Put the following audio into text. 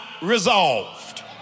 resolved